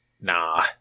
Nah